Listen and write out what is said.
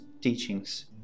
teachings